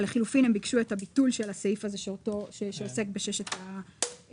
לחילופין הם ביקשו את הביטול של הסעיף שעוסק בשש הרשויות.